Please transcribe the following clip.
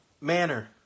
manner